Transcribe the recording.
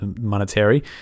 monetary